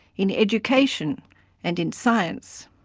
in education and in science.